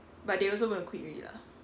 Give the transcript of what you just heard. but they also going to quit already lah